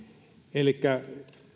elikkä